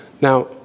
Now